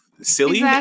silly